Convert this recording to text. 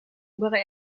obere